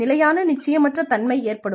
நிலையான நிச்சயமற்ற தன்மை ஏற்படும்